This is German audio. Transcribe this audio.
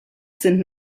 sind